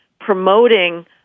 promoting